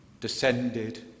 descended